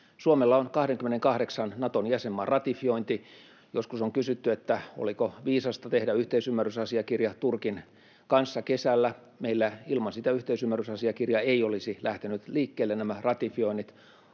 Suomella on 28 Naton jäsenmaan ratifiointi. Joskus on kysytty, oliko viisasta tehdä yhteisymmärrysasiakirja Turkin kanssa kesällä. Ilman sitä yhteisymmärrysasiakirja meillä eivät olisi lähteneet liikkeelle nämä ratifioinnit.